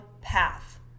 Path